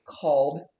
called